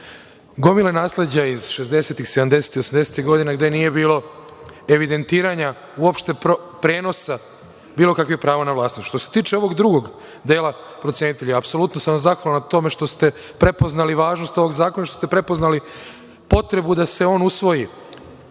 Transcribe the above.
gomile nasleđa iz 60-ih, 70-ih, 80-ih godina, gde nije bilo evidentiranja uopšte prenosa bilo kakvog prava na vlasništvo. Što se tiče ovog drugog dela procenitelja, apsolutno sam zahvalan na tome što ste prepoznali važnost ovog zakona i što ste prepoznali potrebu da se on usvoji.